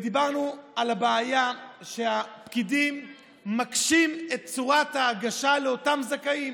ודיברנו על הבעיה שהפקידים מקשים את ההגשה על אותם לזכאים.